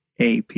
AP